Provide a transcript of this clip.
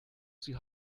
sie